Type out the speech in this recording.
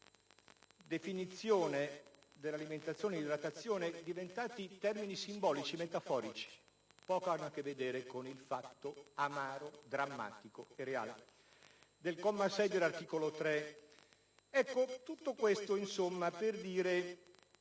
sua reiterazione - di alimentazione e idratazione, diventati termini simbolici, metaforici, che poco hanno a che vedere con il fatto amaro, drammatico e reale